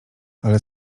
ale